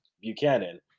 Buchanan